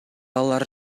алар